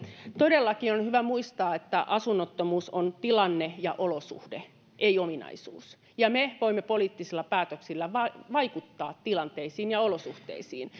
todellakin on hyvä muistaa että asunnottomuus on tilanne ja olosuhde ei ominaisuus ja me voimme poliittisilla päätöksillä vaikuttaa vaikuttaa tilanteisiin ja olosuhteisiin